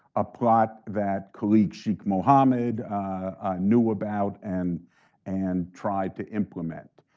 a plot that khalid sheikh mohammed knew about, and and tried to implement.